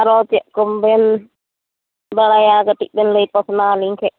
ᱟᱨᱚ ᱪᱮᱫᱠᱚᱢ ᱵᱮᱱ ᱵᱟᱲᱟᱭᱟ ᱠᱟᱹᱴᱤᱡ ᱵᱮᱱ ᱞᱟᱹᱭ ᱯᱟᱥᱱᱟᱣ ᱟᱹᱞᱤᱧ ᱴᱷᱮᱱ